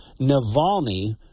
Navalny